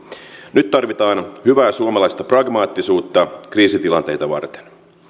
nyt tarvitaan hyvää suomalaista pragmaattisuutta kriisitilanteita varten